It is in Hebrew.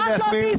מה זה, מהותית...